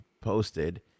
posted